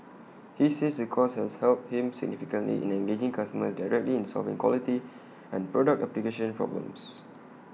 he says the course has helped him significantly in engaging customers directly in solving quality and product application problems